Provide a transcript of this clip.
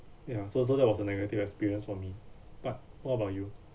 ya so so that was a negative experience for me but what about you